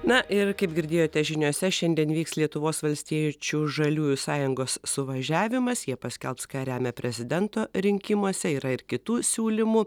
na ir kaip girdėjote žiniose šiandien vyks lietuvos valstiečių žaliųjų sąjungos suvažiavimas jie paskelbs ką remia prezidento rinkimuose yra ir kitų siūlymų